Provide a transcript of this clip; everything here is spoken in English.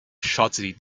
shortly